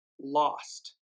lost